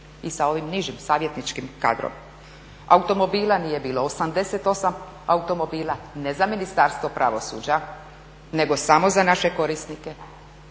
i sa ovim nižim savjetničkim kadrom. Automobila nije bilo 88 automobila, ne za Ministarstvo pravosuđa, nego samo za naše korisnike,